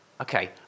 Okay